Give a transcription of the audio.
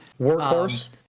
workhorse